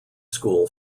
school